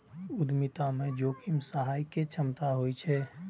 उद्यमिता मे जोखिम सहय के क्षमता होइ छै